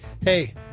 Hey